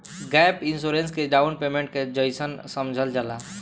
gap insurance के down payment के जइसन समझल जाला